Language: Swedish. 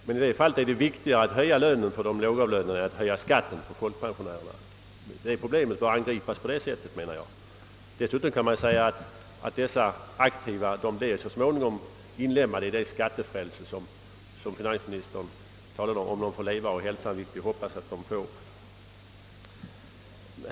Men det är viktigare att höja inkomsterna för de lågavlönade än att höja skatten för folkpensionärerna, och man borde därför angripa problemet på detta sätt. Dessutom blir dessa personer i aktiv ålder: så småningom inlemmade i det skattefrälse, som finansministern nämnde, om de får leva fram till pensionsåldern, vilket vi alla hoppas att de får.